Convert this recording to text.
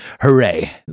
hooray